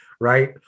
right